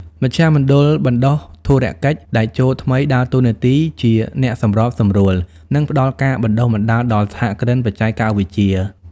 មជ្ឈមណ្ឌលបណ្តុះធុរកិច្ចតេជោថ្មីដើរតួនាទីជាអ្នកសម្របសម្រួល និងផ្ដល់ការបណ្ដុះបណ្ដាលដល់សហគ្រិនបច្ចេកវិទ្យា។